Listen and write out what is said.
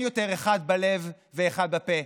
אין יותר אחד בלב ואחד בפה.